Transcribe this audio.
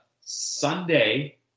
Sunday